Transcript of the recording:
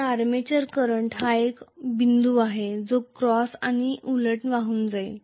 तर armature current हा एक बिंदू आहे जो क्रॉस आणि उलट वाहून जाईल